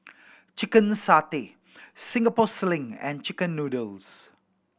chicken satay Singapore Sling and chicken noodles